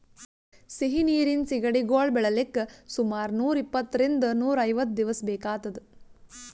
ಸಿಹಿ ನೀರಿನ್ ಸಿಗಡಿಗೊಳ್ ಬೆಳಿಲಿಕ್ಕ್ ಸುಮಾರ್ ನೂರ್ ಇಪ್ಪಂತ್ತರಿಂದ್ ನೂರ್ ಐವತ್ತ್ ದಿವಸ್ ಬೇಕಾತದ್